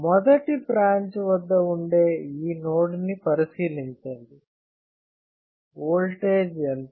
మొదటి బ్రాంచ్ వద్ద ఉండే ఈ నోడ్ ని పరిశీలించండి ఓల్టేజ్ ఎంత